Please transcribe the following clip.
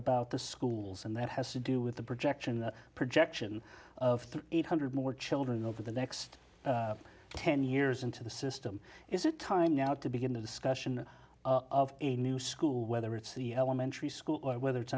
about the schools and that has to do with the projection projection of eight hundred more children over the next ten years into the system is it time now to begin the discussion of a new school whether it's the elementary school or whether it's